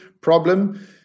problem